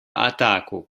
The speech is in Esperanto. atako